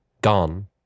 gone